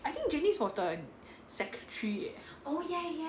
I think janice was the secretary eh